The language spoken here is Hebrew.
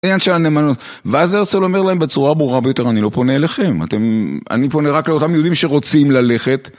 ואז ארסל אומר להם בצורה ברורה ביותר, אני לא פונה אליכם, אני פונה רק לאותם יהודים שרוצים ללכת.